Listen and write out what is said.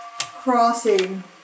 crossing